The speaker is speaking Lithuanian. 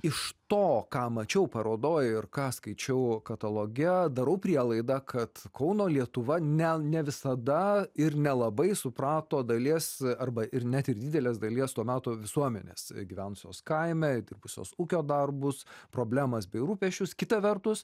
iš to ką mačiau parodoj ir ką skaičiau kataloge darau prielaidą kad kauno lietuva ne ne visada ir nelabai suprato dalies arba ir net ir didelės dalies to meto visuomenės gyvenusios kaime dirbusios ūkio darbus problemas bei rūpesčius kita vertus